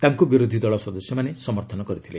ତାଙ୍କୁ ବିରୋଧୀ ଦଳ ସଦସ୍ୟମାନେ ସମର୍ଥନ କରିଥିଲେ